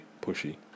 pushy